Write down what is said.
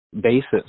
basis